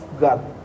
God